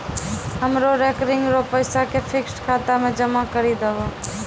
हमरो रेकरिंग रो पैसा के फिक्स्ड खाता मे जमा करी दहो